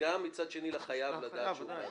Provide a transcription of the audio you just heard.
ומצד שני גם לחייב לדעת שהוא חייב.